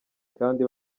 kandi